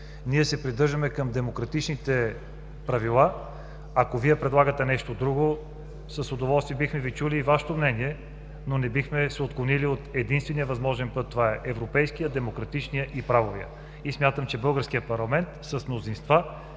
Ние се придържаме към демократичните правила. Ако Вие предлагате нещо друго, с удоволствие бихме чули и Вашето мнение, но не бихме се отклонили от единствения възможен път – това е европейският, демократичният и правовият, и смятам, че българският парламент с мнозинство